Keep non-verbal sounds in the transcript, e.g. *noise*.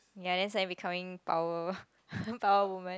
ya that's why you becoming power *laughs* power woman